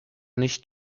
nicht